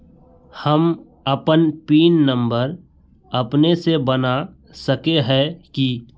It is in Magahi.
हम अपन पिन नंबर अपने से बना सके है की?